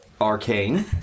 arcane